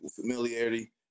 familiarity